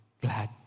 glad